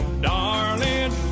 Darling